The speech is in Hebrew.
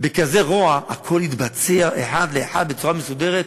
בכזה רוע, הכול התבצע אחד לאחד בצורה מסודרת,